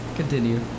Continue